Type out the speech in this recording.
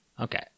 Okay